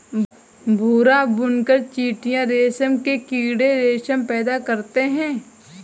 भूरा बुनकर चीटियां रेशम के कीड़े रेशम पैदा करते हैं